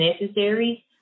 necessary